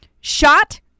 shot